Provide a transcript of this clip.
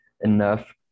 enough